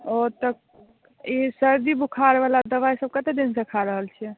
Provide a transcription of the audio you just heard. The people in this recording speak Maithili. ओ तऽ ई सर्दी बुखार बला दबाइ सब कतेक दिन सऽ खा रहल छियै